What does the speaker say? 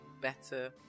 better